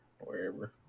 wherever